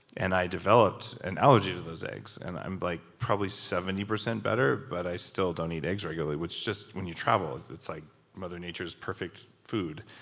and i developed an allergy to those eggs. and i'm like probably seventy percent better, but i still don't eat eggs regularly, which just. when you travel, it's it's like mother nature's perfect food,